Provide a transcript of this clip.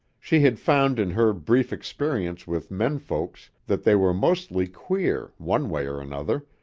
she had found in her brief experience with menfolks that they were mostly queer, one way or another,